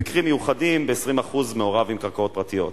במקרים מיוחדים, ב-20% מעורב עם קרקעות פרטיות.